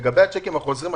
לגבי הצ'קים החוזרים,